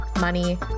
money